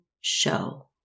show